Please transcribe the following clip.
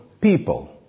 people